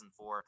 2004